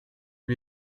lui